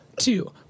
Two